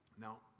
Now